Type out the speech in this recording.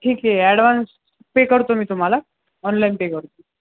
ठीक आहे advance pay करतो मी तुम्हाला ऑनलाईन पे कर